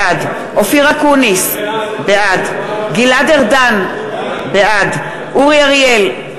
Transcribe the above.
בעד אופיר אקוניס, בעד גלעד ארדן, בעד אורי אריאל,